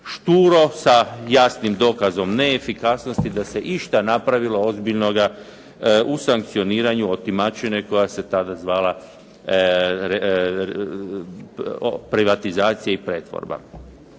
šturo, sa jasnim dokazom neefikasnosti da se išta napravilo ozbiljnoga u sankcioniranju otimačine koja se tada zvala privatizacija i pretvorba.